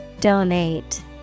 Donate